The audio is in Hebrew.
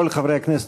כל חברי הכנסת,